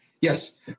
yes